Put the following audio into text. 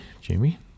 jamie